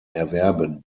erwerben